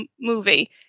movie